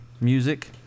music